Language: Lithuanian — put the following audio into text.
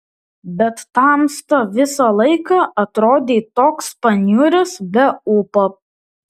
bet tamsta visą laiką atrodei toks paniuręs be ūpo